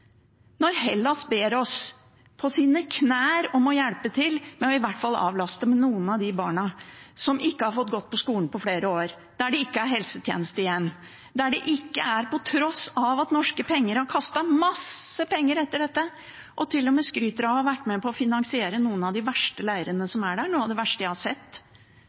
Hellas ber oss på sine knær om å hjelpe til med i hvert fall å avlaste med noen av de barna, som ikke har fått gå på skolen på flere år, der det ikke er helsetjeneste igjen. På tross av at norske myndigheter har kastet masse penger etter dette og til og med skryter av å ha vært med på å finansiere noen av de verste leirene som er der, noe av det verste jeg har sett,